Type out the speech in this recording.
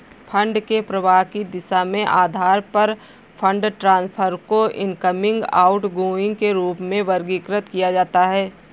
fund के प्रवाह की दिशा के आधार पर फंड ट्रांसफर को इनकमिंग, आउटगोइंग के रूप में वर्गीकृत किया जाता है